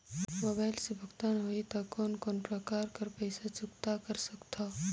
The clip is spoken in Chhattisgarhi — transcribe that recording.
मोबाइल से भुगतान होहि त कोन कोन प्रकार कर पईसा चुकता कर सकथव?